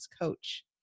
Coach